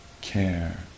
care